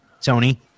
Tony